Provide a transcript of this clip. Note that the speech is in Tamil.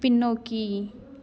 பின்னோக்கி